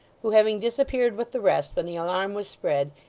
who, having disappeared with the rest when the alarm was spread,